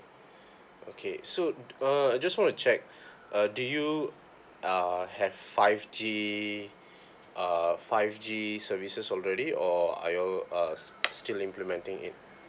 okay so uh I just want to check uh do you uh have five G uh five G services already or are you all uh still implementing it